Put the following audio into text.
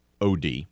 OD